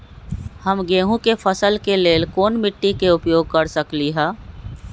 हम गेंहू के फसल के लेल कोन मिट्टी के उपयोग कर सकली ह?